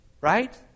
right